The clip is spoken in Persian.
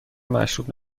مشروب